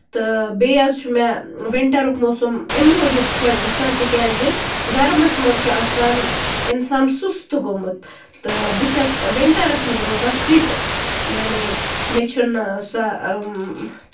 تہٕ بیٚیہِ حظ چھُ مےٚ وِنٹَرُک موسَم اَمہِ موٗجوٗب خۄش گژھان تِکیازِ گرمَس منٛز چھُ آسان اِنسان سُستہٕ گوٚومُت تہٕ بہٕ چھَس وِنٹرَس منٛز روزان فِٹ یعنی مےٚ چھُنہٕ سۄ